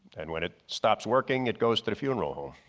and when it stops working it goes to the funeral home.